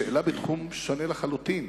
שאלה בתחום שונה לחלוטין.